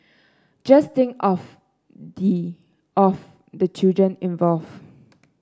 just think of the of the children involved